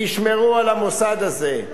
תשמרו על המוסד הזה.